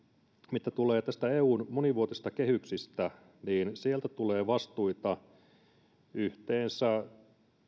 mitä tulee näistä eun monivuotisista kehyksistä niin sieltä tulee vastuita yhteensä